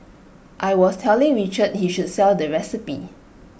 I was telling Richard he should sell the recipe